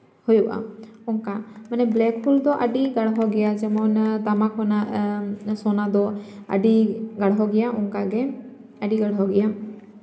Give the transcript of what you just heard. ᱦᱩᱭᱩᱜᱼᱟ ᱚᱱᱠᱟ ᱢᱟᱱᱮ ᱵᱞᱮᱠᱦᱳᱞ ᱫᱚ ᱟᱹᱰᱤ ᱜᱟᱲᱦᱚ ᱜᱮᱭᱟ ᱡᱮᱢᱚᱱ ᱛᱟᱢᱟ ᱠᱷᱚᱱᱟᱜ ᱥᱳᱱᱟ ᱫᱚ ᱟᱹᱰᱤ ᱜᱟᱲᱦᱚ ᱜᱮᱭᱟ ᱚᱱᱠᱟᱜᱮ ᱟᱹᱰᱤ ᱜᱟᱲᱦᱚ ᱜᱮᱭᱟ